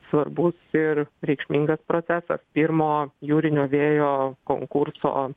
svarbus ir reikšmingas procesas pirmo jūrinio vėjo konkurso